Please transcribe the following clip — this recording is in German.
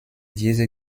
diese